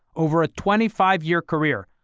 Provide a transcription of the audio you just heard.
over a twenty five year career,